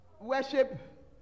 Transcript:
worship